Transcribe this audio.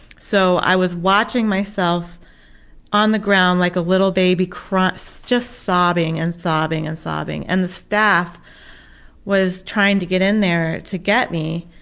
so i was watching myself on the ground like a little baby just sobbing and sobbing and sobbing. and the staff was trying to get in there to get me,